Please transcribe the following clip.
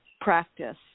practice